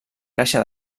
caixa